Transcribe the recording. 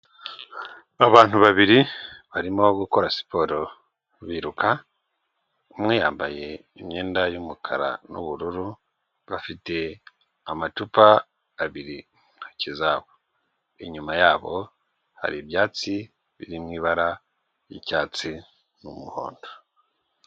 Abantu babiri barimo gukora siporo biruka, umwe yambaye imyenda y'umukara n'ubururu, bafite amacupa abiri mu ntoki zabo, inyuma yabo hari ibyatsi biri mu ibara ry'icyatsi n'umuhondo.